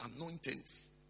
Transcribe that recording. anointings